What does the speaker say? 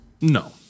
No